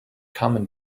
common